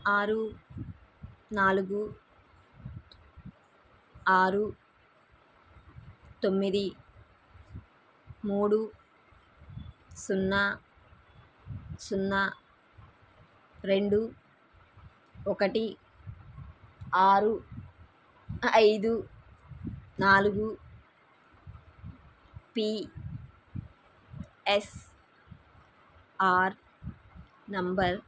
ఆరు నాలుగు ఆరు తొమ్మిది మూడు సున్నా సున్నా రెండు ఒకటి ఆరు ఐదు నాలుగు పి ఎన్ ఆర్ నెంబర్